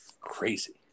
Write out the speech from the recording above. crazy